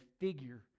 figure